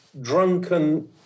drunken